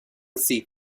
see